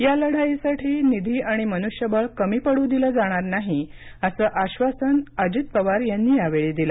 या लढाईसाठी निधी आणि मनुष्यबळ कमी पडू दिलं जाणार नाही असं आश्वासन अजित पवार यांनी दिलं